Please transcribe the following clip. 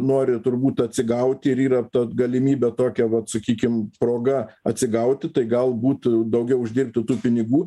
nori turbūt atsigauti ir yra ta galimybė tokia vat sakykim proga atsigauti tai gal būt daugiau uždirbti tų pinigų